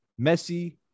Messi